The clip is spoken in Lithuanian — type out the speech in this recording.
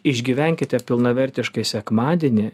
išgyvenkite pilnavertiškai sekmadienį